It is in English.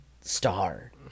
star